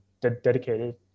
dedicated